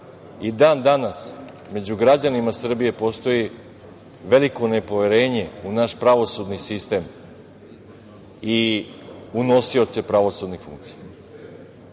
i dan danas među građanima Srbije postoji veliko nepoverenje u naš pravosudni sistem i u nosioce pravosudnih funkcija.